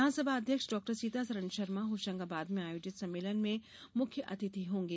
विधानसभा अध्यक्ष डॉ सीतासरण शर्मा होशंगाबाद में आयोजित सम्मेलन में मुख्य अतिथि होंगे